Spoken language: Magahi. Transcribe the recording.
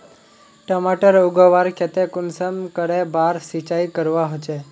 टमाटर उगवार केते कुंसम करे बार सिंचाई करवा होचए?